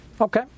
Okay